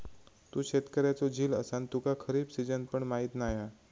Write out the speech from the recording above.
तू शेतकऱ्याचो झील असान तुका खरीप सिजन पण माहीत नाय हा